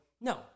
No